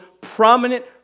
prominent